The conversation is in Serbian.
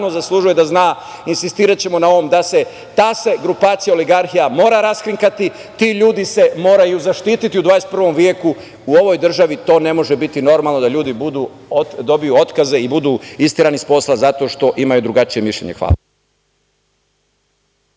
zaslužuje da zna, insistiraćemo na ovom da se ta grupacija oligarhija mora raskrinkati, ti ljudi se moraju zaštiti u 21. veku, u ovoj državi to ne može biti normalno da ljudi dobiju otkaze i budu isterani s posla zato što imaju drugačije mišljenje. Hvala.